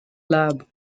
lab